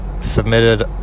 submitted